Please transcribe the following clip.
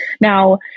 Now